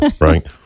right